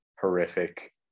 horrific